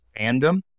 fandom